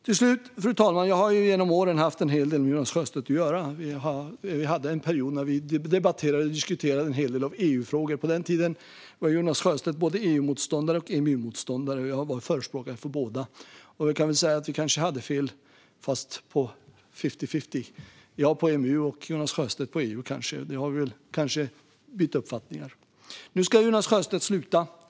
Till slut, fru talman, kan jag konstatera att jag genom åren har haft en hel del med Jonas Sjöstedt att göra. Vi hade en period när vi debatterade och diskuterade en hel del EU-frågor. På den tiden var Jonas Sjöstedt både EU och EMU-motståndare, och jag var förespråkare för båda. Vi kan väl säga att det kanske blev fifty-fifty; jag hade kanske fel om EMU och Jonas Sjöstedt om EU. Där har vi kanske bytt uppfattningar. Nu ska Jonas Sjöstedt sluta.